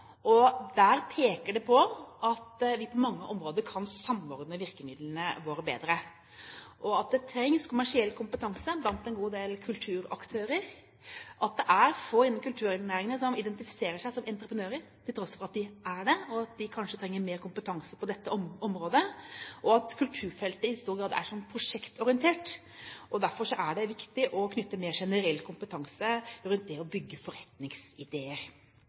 Der pekes det på at vi på mange områder kan samordne virkemidlene våre bedre, at det trengs kommersiell kompetanse blant en god del kulturaktører, at det er få innenfor kulturnæringene som identifiserer seg som entreprenører – til tross for at de er det, og at de kanskje trenger mer kompetanse på dette området – og at kulturfeltet i stor grad er prosjektorientert. Derfor er det viktig å knytte mer generell kompetanse til det å bygge forretningsideer.